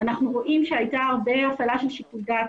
- שהייתה הרבה הפעלה של שיקול דעת,